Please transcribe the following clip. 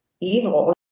evil